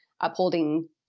upholding